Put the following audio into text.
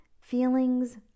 feelings